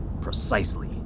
Precisely